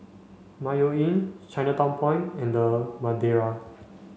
Mayo Inn Chinatown Point and The Madeira